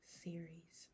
series